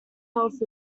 health